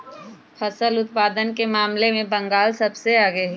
फसल उत्पादन के मामले में बंगाल सबसे आगे हई